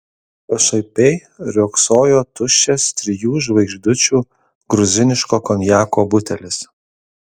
pašaipiai riogsojo tuščias trijų žvaigždučių gruziniško konjako butelis